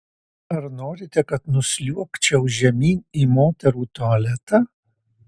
ar norite kad nusliuogčiau žemyn į moterų tualetą